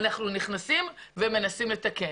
אנחנו נכנסים ומנסים לתקן.